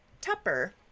Tupper